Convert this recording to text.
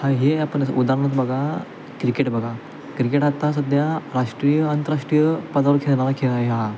हा हे आपण असं उदाहरणच बघा क्रिकेट बघा क्रिकेट आता सध्या राष्ट्रीय आंतरराष्ट्रीय पदाला खेळणारा खेळ आहे हा